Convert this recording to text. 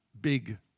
big